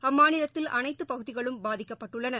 அம்மாநிலத்தில் அளைத்துப் பகுதிகளும் பாதிக்கப்பட்டுள்ளன